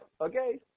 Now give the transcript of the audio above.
Okay